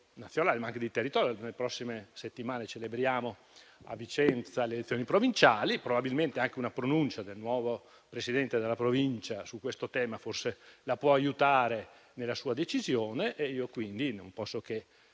nazionale, ma anche del territorio. Nelle prossime settimane a Vicenza si terranno le elezioni provinciali; probabilmente anche una pronuncia del nuovo Presidente della Provincia su questo tema la può aiutare nella sua decisione. Mi dichiaro quindi